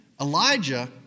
Elijah